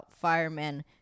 firemen